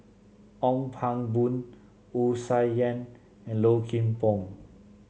Ong Pang Boon Wu Tsai Yen and Low Kim Pong